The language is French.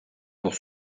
pour